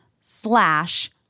slash